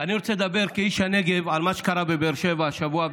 אני רוצה לדבר כאיש הנגב על מה שקרה בבאר שבע השבוע,